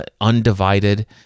undivided